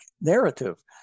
narrative